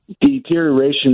deterioration